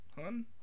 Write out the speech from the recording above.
hun